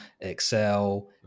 Excel